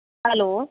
hello